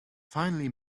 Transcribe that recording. finally